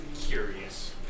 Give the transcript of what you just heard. curious